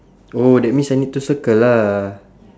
oh that means I need to circle lah